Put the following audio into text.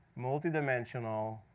multi-dimensional,